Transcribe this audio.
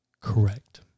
Correct